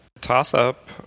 Toss-up